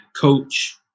coach